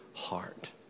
heart